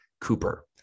Cooper